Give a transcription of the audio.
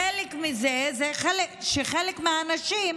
חלק מזה הוא שחלק מהאנשים,